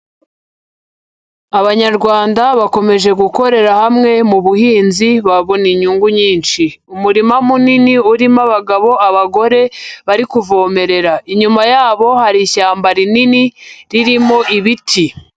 Abanyarwanda bakomeje gukorera hamwe mu buhinzi babona inyungu nyinshi, umurima munini urimo abagabo, abagore bari kuvomerera, inyuma yabo hari ishyamba rinini ririmo ibiti.